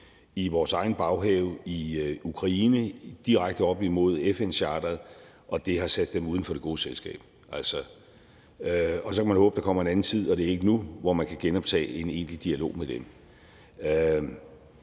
i vores egen baghave i Ukraine, direkte op imod FN-charteret, og det har altså sat dem uden for det gode selskab. Så kan man håbe, der kommer en anden tid, og det er ikke endnu, hvor man kan genoptage en egentlig dialog med dem.